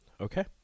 Okay